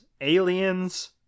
aliens